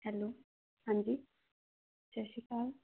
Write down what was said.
hello ਹਾਂਜੀ ਸਤਿ ਸ਼੍ਰੀ ਅਕਾਲ